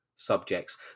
subjects